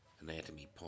anatomy